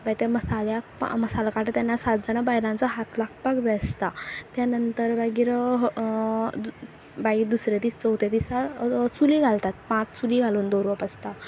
मागीर त्या मसाल्याक मसालो काडटा तेन्ना सात जाणां बायलांचो हात लागपाक जाय आसता त्या नंतर मागीर मागीर दुसरे दीस चवथे दिसा चुली घालतात पांच चुली घालून दवरप आसता